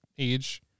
age